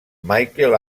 michael